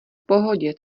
pohodě